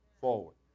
forward